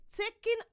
taking